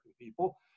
people